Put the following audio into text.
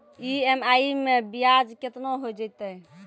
EMI मैं ब्याज केतना हो जयतै?